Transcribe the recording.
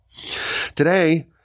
Today